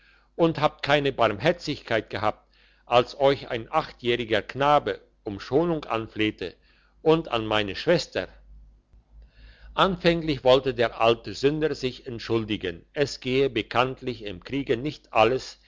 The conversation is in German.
und habt keine barmherzigkeit gehabt als euch ein achtjähriger knabe um schonung anflehte und an meine schwester anfänglich wollte der alte sünder sich entschuldigen es gehe bekanntlich im kriege nicht alles